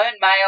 male